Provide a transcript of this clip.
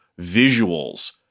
visuals